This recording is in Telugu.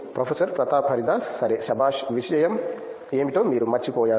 ప్రొఫెసర్ ప్రతాప్ హరిదాస్ సరే శభాష్ విజయం ఏమిటో మీరు మర్చిపోయారు